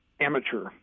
amateur